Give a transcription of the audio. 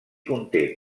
conté